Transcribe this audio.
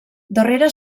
darrere